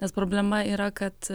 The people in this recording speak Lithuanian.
nes problema yra kad